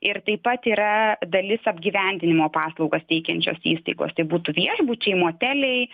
ir taip pat yra dalis apgyvendinimo paslaugas teikiančios įstaigos tai būtų viešbučiai moteliai